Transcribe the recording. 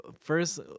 first